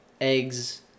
eggs